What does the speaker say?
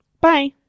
Bye